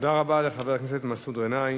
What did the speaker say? תודה רבה לחבר הכנסת מסעוד גנאים.